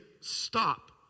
stop